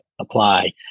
apply